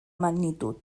magnitud